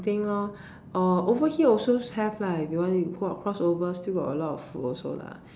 anything lor uh over here also have lah if you want cross over still got a lot of food also lah